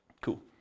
Cool